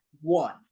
one